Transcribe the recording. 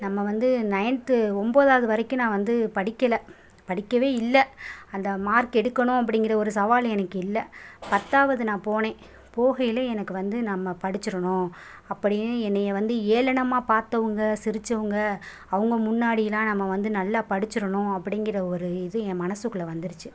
நம்ம வந்து நையன்த்து ஒன்பதாவது வரைக்கும் நான் வந்து படிக்கல படிக்கவே இல்லை அந்த மார்க் எடுக்கணும் அப்படிங்கிற ஒரு சவால் எனக்கு இல்லை பத்தாவது நான் போனேன் போகையிலே எனக்கு வந்து நம்ம படிச்சுடணும் அப்படியே என்னையை வந்து ஏளனமாக பார்த்தவங்க சிரிச்சவங்க அவங்க முன்னாயெடிலாம் நம்ம வந்து நல்லா படிச்சுடணும் அப்படிங்கிற ஒரு இது என் மனசுக்குள்ளே வந்துடுச்சு